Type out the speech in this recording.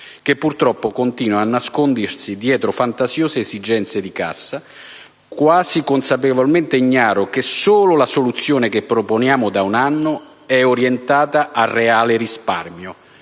purtroppo a nascondersi dietro fantasiose esigenze di cassa, quasi consapevolmente ignaro che solo la soluzione che proponiamo da un anno è orientata al reale risparmio.